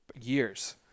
years